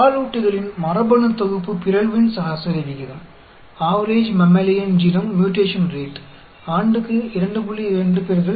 பாலூட்டிகளின் மரபணுத்தொகுப்பு பிறழ்வின் சராசரி விகிதம் ஆண்டுக்கு 2